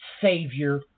savior